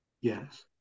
yes